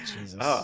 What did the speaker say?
Jesus